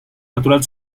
natural